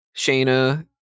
Shayna